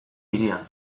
hirian